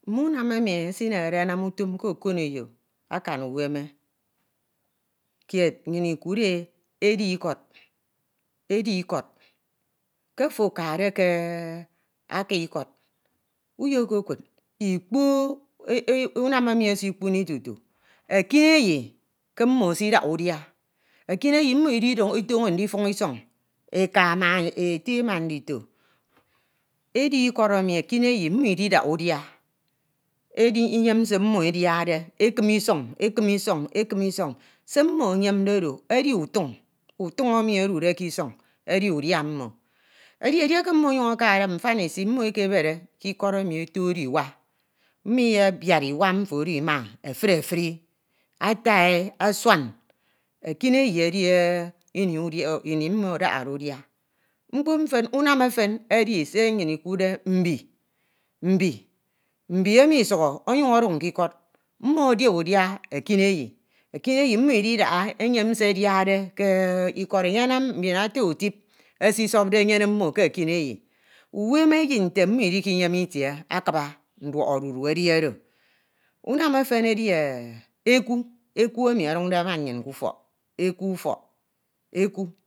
mme uwan emi esinedere enam utun ke ekineyi akan uwampyi kied nnyin ikuied e edi ikọd edi ikọd. ke ofo akade ke aki ikod uyekud ikpo unam enei esikpuni tutu, Ekuneyi ke mmo esidaha udia, ekeneyi mmo iditon̄o ndifun ison. eka ma ete na ndito Edi ikọd ekineyi mmo ididaha udia eyem se mmo ediade ekim isin̄, ekim isọn̄, ekim ison. Se mmo eyemde oro edi utuan̄, utun̄ emi edude ke isọn̄ edi udia mmo edieke mmo enyun̄ ekade mfanisi mmo ekebere ke ikọd emi etode nwa, mmo iyebiad iwa mfo oro ima efuri efuri ata, e asuan, ekineyi edi ini mmo edahade udia, unam efan edi se nnyin ikuudde mbi mbi. Mbi emu sukhọ amjun̄ oc̣hun ke ikọd, mmo acha udia ekineyi, ekineyi mmo ididaha eyem se ediade ke ikọd eyenam. Mbiro ata- utip esibopde enyane mmo ke ekineyi uwemeyi nte mmo idikeyem itie akuuba nduọk oahudes edi oro unam ofen edi eku ufọk ekineyi eku ufọk eku